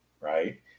right